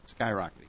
skyrocketing